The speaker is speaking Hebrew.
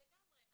לגמרי.